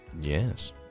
Yes